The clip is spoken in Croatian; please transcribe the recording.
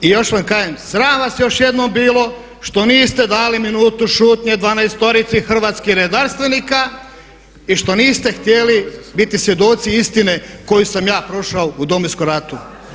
I još vam kažem sram vas još jednom bilo što niste dali minutu šutnje 12-orici hrvatskih redarstvenika i što niste htjeli biti svjedoci istine koju sam ja prošao u Domovinskom ratu.